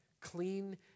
clean